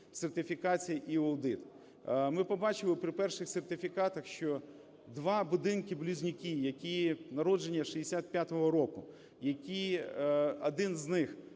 сертифікація і аудит. Ми побачили при перших сертифікатах, що два будинки-близнюки, які народження 1965 року, які… один з них